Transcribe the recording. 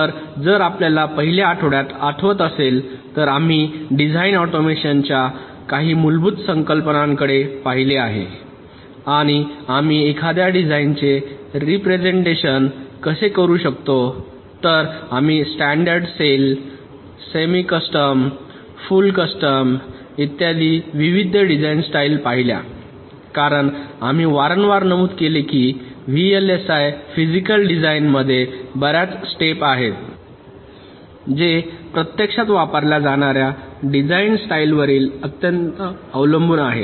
तर जर आपल्याला पहिल्या आठवड्यात आठवत असेल तर आम्ही डिझाइन ऑटोमेशनच्या काही मूलभूत संकल्पनांकडे पाहिले आहे आणि आम्ही एखाद्या डिझाइनचे रेप्रेसेंटेशन कसे करू शकतो तर आम्ही standard cell semicustom full custom इत्यादी विविध डिझाइन स्टाइल पाहिल्या कारण आम्ही वारंवार नमूद केले की व्हीएलएसआय फिजिकल डिझाइनमध्ये बर्याच स्टेप आहेत जे प्रत्यक्षात वापरल्या जाणार्या डिझाइन स्टाइलवर अत्यंत अवलंबून आहेत